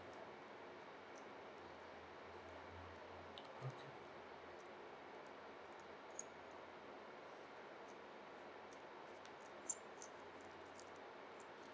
okay